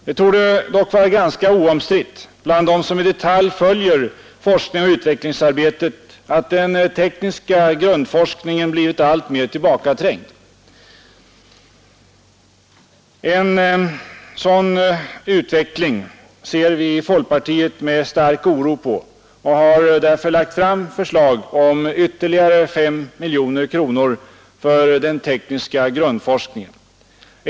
Det torde dock vara ganska oomstritt bland dem som i detalj följer forskningsoch utvecklingsarbetet att den tekniska grundforskningen blivit alltmer tillbakaträngd. En sådan utveckling ser vi i folkpartiet med stark oro på och har därför lagt fram förslag om ytterligare 5 miljoner kronor för den tekniska grundforskningen.